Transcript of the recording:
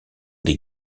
des